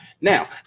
Now